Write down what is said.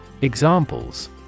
Examples